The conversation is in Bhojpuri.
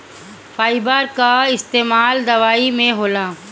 फाइबर कअ इस्तेमाल दवाई में होला